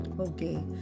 Okay